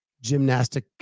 gymnastic